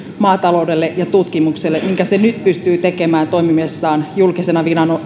maataloudella ja tutkimukselle minkä se nyt pystyy tekemään toimiessaan julkisena